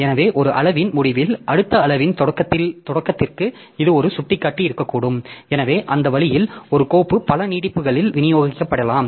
எனவே ஒரு அளவின் முடிவில் அடுத்த அளவின் தொடக்கத்திற்கு இது ஒரு சுட்டிக்காட்டி இருக்கக்கூடும் எனவே அந்த வழியில் ஒரு கோப்பு பல நீட்டிப்புகளில் விநியோகிக்கப்படலாம்